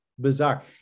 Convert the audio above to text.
bizarre